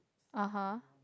(uh huh)